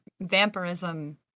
vampirism